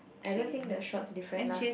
I don't think the shorts different lah